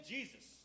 Jesus